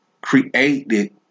created